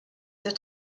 der